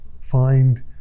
find